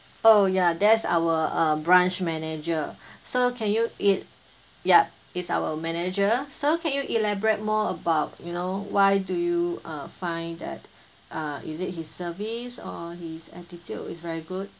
oh ya that's our uh branch manager sir can you e~ yup it's our manager sir can you elaborate more about you know why do you uh find that uh is it his service or his attitude is very good